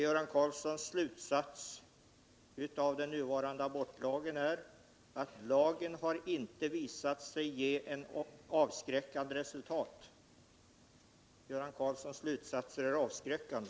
Göran Karlssons slutsats när det gäller den nuvarande abortlagen är att lagen inte har visat sig ge ett avskräckande resultat. Göran Karlssons slutsatser är avskräckande.